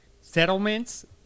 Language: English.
settlements